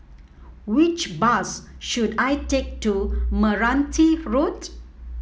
which bus should I take to Meranti Road